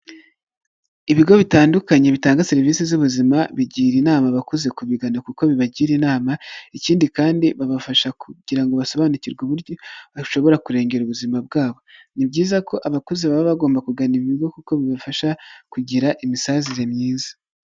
Ibigo bitandukanye bitanga serivisi z'ubuzima, bigira inama abakuze kubigana kuko bibagira inama, ikindi kandi babafasha kugira ngo basobanukirwe uburyo bashobora kurengera ubuzima bwabo, ni byiza ko abakuze baba bagomba kugana ibi bigo kuko bibafasha kugira imisazire myiza.